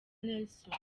nelson